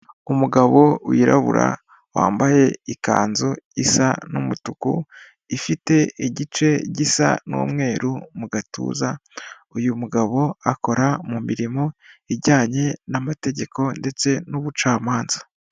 Umugabo wirabura wambaye ikanzu isa n'umutuku ifite igice gisa n'umweru mu gatuza, uyu mugabo akora mu mirimo ijyanye n'amategeko ndetse n'ubucamanza.